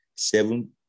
Seven